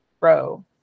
row